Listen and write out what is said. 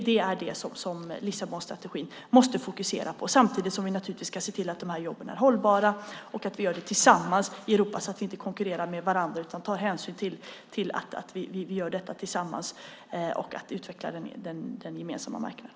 Det är det som Lissabonstrategin måste fokusera på. Samtidigt ska vi naturligtvis se till att jobben är hållbara. Vi ska göra det tillsammans i Europa så att vi inte konkurrerar med varandra. Vi måste ta hänsyn till varandra och tillsammans utveckla den gemensamma marknaden.